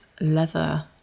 leather